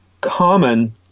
common